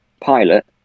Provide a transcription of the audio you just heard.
pilot